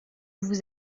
vous